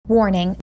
Warning